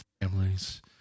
families